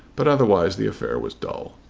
but otherwise the affair was dull.